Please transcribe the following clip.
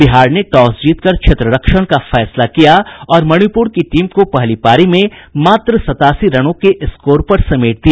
बिहार ने टॉस जीतकर क्षेत्ररक्षण का फैसला किया और मणिपूर की टीम को पहली पारी में मात्र सत्तासी रनों के स्कोर पर समेट दिया